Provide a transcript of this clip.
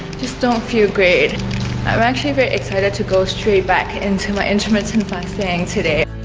just don't feel great i'm actually very excited to go straight back into my instrument and saying today